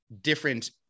different